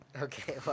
okay